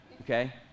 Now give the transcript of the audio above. okay